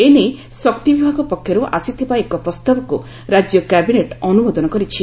ଏନେଇ ଶକ୍ତିବିଭାଗ ପକ୍ଷରୁ ଆସିଥିବା ଏକ ପ୍ରସ୍ତାବକୁ ରାକ୍ୟ କ୍ୟାବିନେଟ୍ ଅନୁମୋଦନ କରିଛି